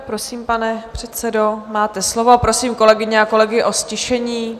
Prosím, pane předsedo, máte slovo, a prosím kolegyně a kolegy o ztišení.